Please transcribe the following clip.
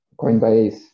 Coinbase